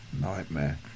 Nightmare